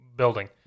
building